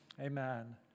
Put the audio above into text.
Amen